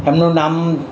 એમનું નામ